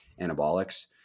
anabolics